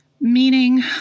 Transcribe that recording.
Meaning